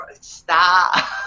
stop